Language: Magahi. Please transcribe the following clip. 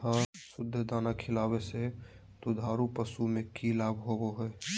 सुधा दाना खिलावे से दुधारू पशु में कि लाभ होबो हय?